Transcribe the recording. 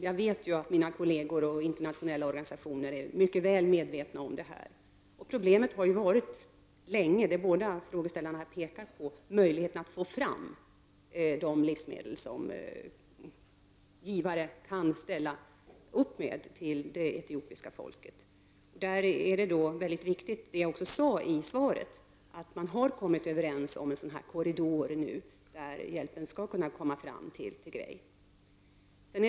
Jag vet nämligen att kolleger i andra länder och även internationella organisationer är mycket väl medvetna om dessa förhållanden. Problemet har ju länge varit, och det pekar båda frågeställarna på, att få fram de livsmedel som givare kan ställa till det etiopiska folkets förfogande. ; Det är mycket viktigt, och det sade jag i svaret, att man har kommit överens om en korridor för att möjliggöra att hjälpen kommer fram till Tigray.